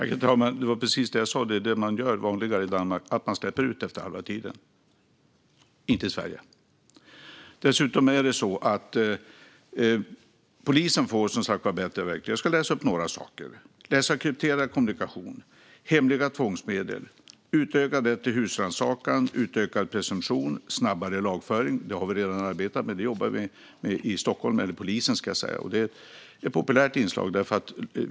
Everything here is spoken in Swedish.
Herr talman! Det var precis detta jag sa var vanligare i Danmark, alltså att man släpper ut dem efter halva tiden. Så gör vi inte i Sverige. Polisen får som sagt bättre verktyg. Låt mig nämna några av dem: rätt att läsa krypterad kommunikation, hemliga tvångsmedel, utökad rätt till husrannsakan, utökad presumtion för häktning och snabbare lagföring. Detta med snabbare lagföring jobbar redan polisen med i Stockholm, och det är ett populärt inslag.